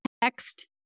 text